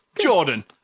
Jordan